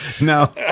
No